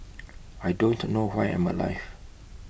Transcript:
I don't know why I'm alive